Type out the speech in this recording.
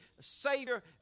savior